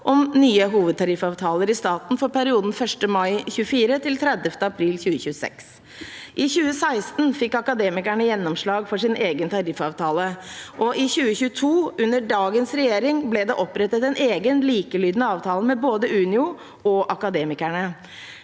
om nye hovedtariffavtaler i staten for perioden 1. mai 2024–30. april 2026. I 2016 fikk Akademikerne gjennomslag for sin egen tariffavtale, og i 2022, under dagens regjering, ble det opprettet en egen likelydende avtale med både Unio og Akademikerne.